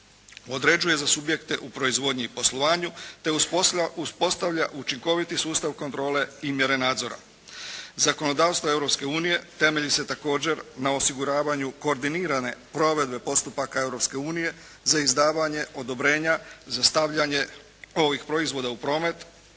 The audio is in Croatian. određuje za subjekte u proizvodnji i poslovanju, te uspostavlja učinkoviti sustav kontrole i mjere nadzora. Zakonodavstvo Europske unije temelji se na također na osiguravanju koordinirane provedbe postupaka Europske unije za izdavanje odobrenja za stavljanje ovih proizvoda u promet